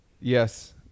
Yes